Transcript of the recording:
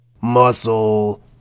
Muscle